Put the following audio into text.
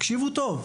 תקשיבו טוב,